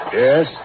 Yes